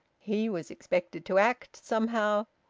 he was expected to act, somehow,